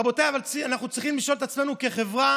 רבותיי, אבל אנחנו צריכים לשאול את עצמנו כחברה,